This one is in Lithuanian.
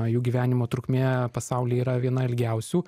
jų gyvenimo trukmė pasaulyje yra viena ilgiausių